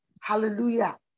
Hallelujah